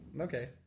Okay